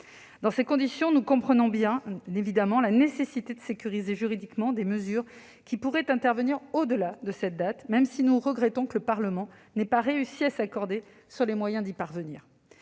Dans ces conditions, nous comprenons bien évidemment la nécessité de sécuriser juridiquement des mesures qui pourraient intervenir au-delà de cette date, même si nous regrettons que le Parlement n'ait pas réussi à s'accorder sur les moyens d'y parvenir.